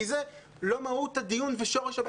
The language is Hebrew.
כי זה לא מהות הדיון ושורש הבעיה.